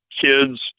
kids